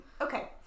Okay